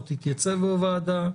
או תתייצב בוועדה,